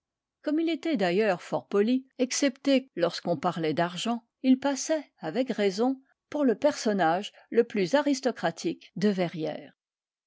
comme il était d'ailleurs fort poli excepté lorsqu'on parlait d'argent il passait avec raison pour le personnage le plus aristocratique de verrières